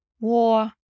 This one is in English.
war